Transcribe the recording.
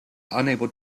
unable